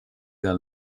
del